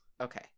Okay